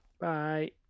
bye